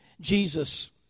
Jesus